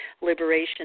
liberation